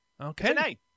Okay